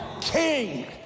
King